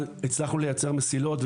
אבל הצלחנו לייצר מסילות,